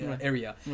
area